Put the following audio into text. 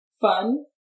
Fun